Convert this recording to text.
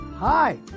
Hi